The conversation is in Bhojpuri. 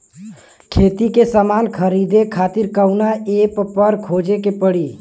खेती के समान खरीदे खातिर कवना ऐपपर खोजे के पड़ी?